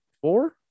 Four